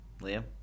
Liam